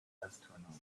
astronomy